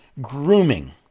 grooming